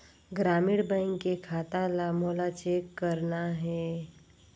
ग्रामीण बैंक के खाता ला मोला चेक करना हे?